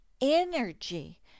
energy